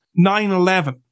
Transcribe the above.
9-11